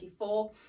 2024